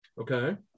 Okay